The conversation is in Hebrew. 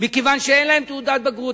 מכיוון שאין להן תעודת בגרות,